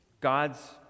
God's